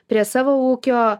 prie savo ūkio